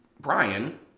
Brian